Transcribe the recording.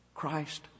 Christ